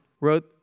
wrote